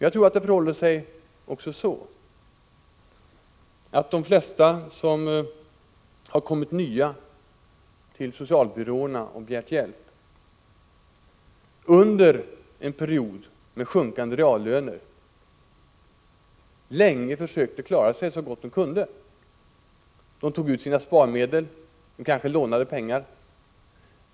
Jag tror att det förhåller sig så att de flesta nytillkommande bland dem som vänt sig till socialbyråerna och begärt hjälp länge försökte klara sig så gott de kunde, trots att det var en period med sjunkande reallöner. De tog ut sina sparmedel, och de lånade kanske pengar.